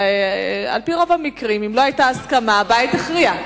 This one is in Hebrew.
וברוב המקרים אם לא היתה הסכמה הבית הכריע.